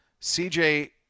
CJ